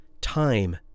time